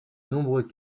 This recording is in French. nombreux